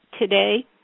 Today